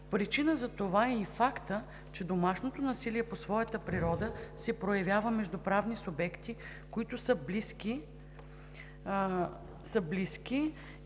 Причина за това е и фактът, че домашното насилие по своята природа се проявява между правни субекти, които са близки и